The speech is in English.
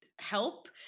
help